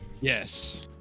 Yes